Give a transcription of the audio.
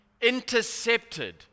intercepted